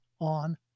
on